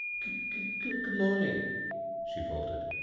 g-good-moming, she faltered.